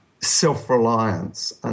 self-reliance